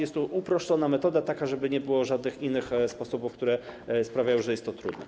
Jest to uproszczona metoda, tak żeby nie było żadnych innych sposobów, które sprawiają, że jest to trudne.